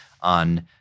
on